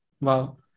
wow